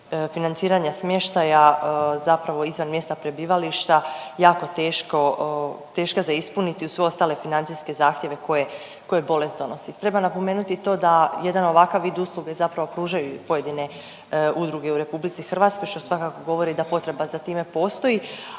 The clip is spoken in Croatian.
financiranja smještaja zapravo izvan mjesta prebivališta jako teško, teška za ispuniti uz sve ostale financijske zahtjeve koje, koje bolest donosi. Treba napomenuti i to da jedan ovakav vid usluge zapravo pružaju i pojedine udruge u RH što svakako govori da potreba za time postoji,